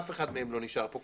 אף אחד לא נשאר פה.